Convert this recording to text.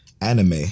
Anime